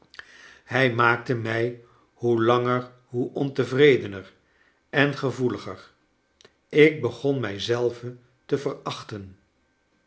hij maakte mij hoe langer hoe ontevredener en gevoeliger ik begon mij zelve te veraehten